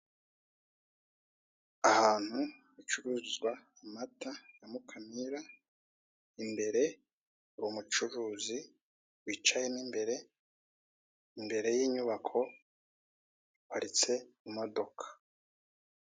Ahantu hacururizwa amata ya Mukamira, imbere hari umucuruzi wicayemo imbere. Imbere y'inyubako hapariste imodoka.